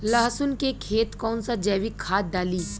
लहसुन के खेत कौन सा जैविक खाद डाली?